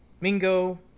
Mingo